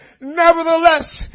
Nevertheless